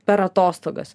per atostogas